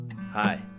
Hi